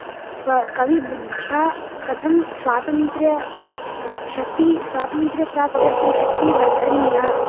स्व कविबुद्ध्या कथं स्वातन्त्र्य शक्तिः स्वतन्त्रप्राप्त्यर्थं शक्तिः वर्धनीया